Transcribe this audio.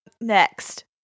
Next